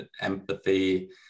empathy